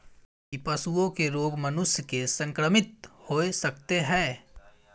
की पशुओं के रोग मनुष्य के संक्रमित होय सकते है?